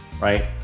right